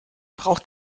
braucht